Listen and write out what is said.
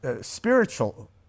spiritual